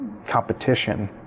Competition